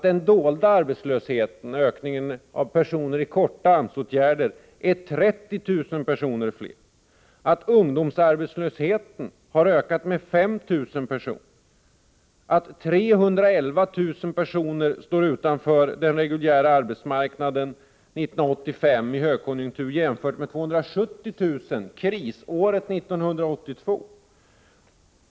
Den dolda arbetslösheten, ökningen av antalet personer i korta AMS-åtgärder, omfattar 30 000 personer fler. Ungdomsarbetslösheten har ökat med 5 000 personer. 311 000 personer står utanför den reguljära arbetsmarknaden 1985—i högkonjunktur — jämfört med 270 000 krisåret 1982.